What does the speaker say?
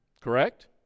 correct